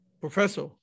professor